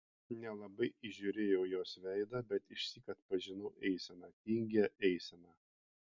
nelabai įžiūrėjau jos veidą bet išsyk atpažinau eiseną tingią eiseną